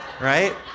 Right